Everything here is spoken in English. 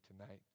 tonight